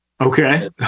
Okay